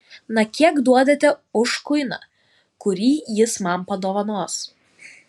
na kiek duodate už kuiną kurį jis man padovanos